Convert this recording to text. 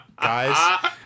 guys